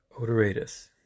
odoratus